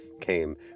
came